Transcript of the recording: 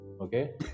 okay